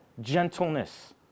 gentleness